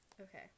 Okay